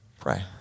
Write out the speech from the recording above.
pray